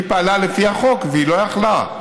והיא פעלה לפי החוק והיא לא הייתה יכולה,